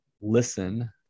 listen